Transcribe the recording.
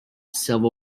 civil